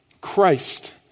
Christ